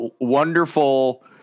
wonderful